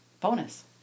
bonus